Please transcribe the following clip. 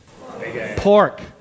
Pork